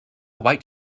white